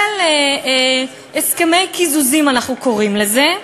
של הסכמי קיזוזים, אנחנו קוראים לזה.